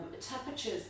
temperatures